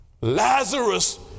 Lazarus